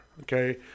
okay